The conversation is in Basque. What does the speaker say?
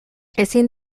ezin